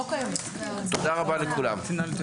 תודה רבה לכולם.